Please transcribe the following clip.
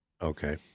Okay